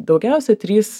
daugiausia trys